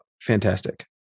fantastic